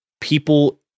people